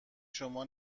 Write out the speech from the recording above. شما